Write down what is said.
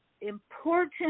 important